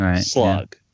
slug